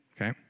okay